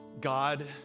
God